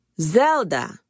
Zelda